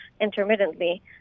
intermittently